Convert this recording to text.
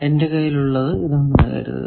എൻ്റെ കയ്യിൽ ഉള്ളത് ഇതാണെന്നു കരുതുക